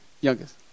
youngest